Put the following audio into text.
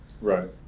Right